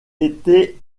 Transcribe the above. était